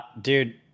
dude